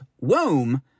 womb